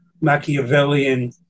Machiavellian